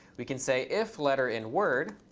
we can say if letterinword,